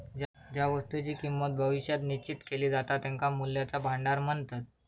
ज्या वस्तुंची किंमत भविष्यात निश्चित केली जाता त्यांका मूल्याचा भांडार म्हणतत